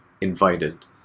invited